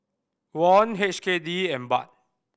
Won H K D and Baht